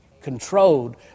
controlled